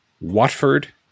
Watford